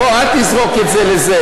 בוא, אל תזרוק את זה לזה.